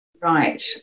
right